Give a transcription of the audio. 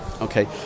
Okay